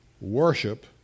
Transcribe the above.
worship